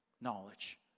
knowledge